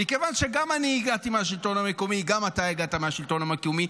מכיוון שגם אני הגעתי מהשלטון המקומי וגם אתה הגעת מהשלטון המקומי,